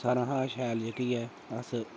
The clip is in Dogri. सारें कशा शैल जेह्की ऐ अस